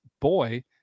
boy